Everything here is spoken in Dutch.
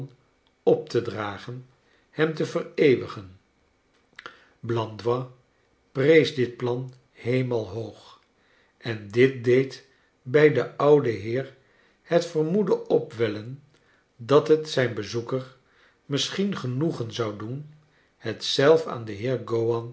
op te dragen hem te vereeuwigen blandois prees dit plan hemelhoog en dit deed bij den ouden heer het vermoeden opwellen dat het zijn bezoeker misschien genoegen zou doen het zelf aan den heer